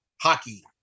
hockey